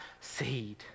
seed